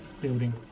building